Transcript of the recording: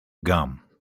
gum